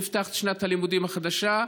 נפתחת שנת הלימודים החדשה.